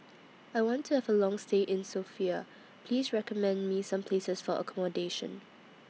I want to Have A Long stay in Sofia Please recommend Me Some Places For accommodation